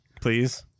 Please